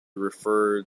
referred